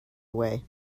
away